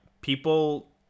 people